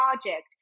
project